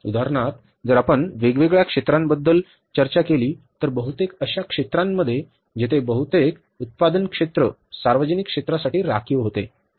उदाहरणार्थ जर आपण वेगवेगळ्या क्षेत्रांबद्दल चर्चा केली तर बहुतेक अशा क्षेत्रांमध्ये जेथे बहुतेक उत्पादन क्षेत्र सार्वजनिक क्षेत्रासाठी राखीव होते